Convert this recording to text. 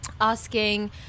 asking